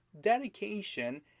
dedication